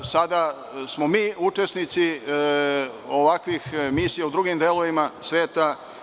Sada smo mi učesnici ovakvih misija u drugim delovima sveta.